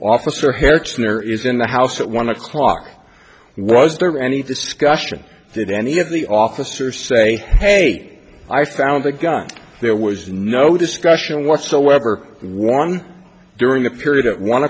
officer hertz there is in the house at one o'clock was there any discussion did any of the officer say hey i found the gun there was no discussion whatsoever one during the period at one